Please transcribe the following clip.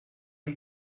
die